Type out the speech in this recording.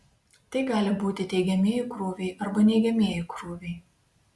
tai gali būti teigiamieji krūviai arba neigiamieji krūviai